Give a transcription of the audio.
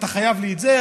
אתה חייב לי את זה,